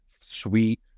sweet